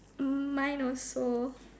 mm mine also